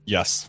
Yes